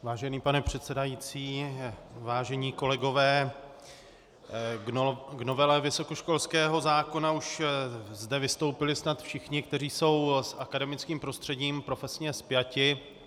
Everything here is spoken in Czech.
Vážený pane předsedající, vážení kolegové, k novele vysokoškolského zákona už zde vystoupili snad všichni, kteří jsou s akademickým prostředím profesně spjati.